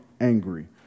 angry